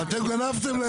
מי מתנהג אליו כמו זבל?